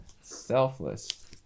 Selfless